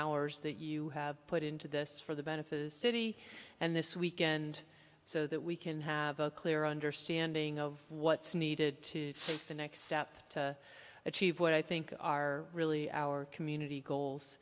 hours that you have put into this for the benefit city and this weekend so that we can have a clear understanding of what's needed to take the next step to achieve what i think are really our community goals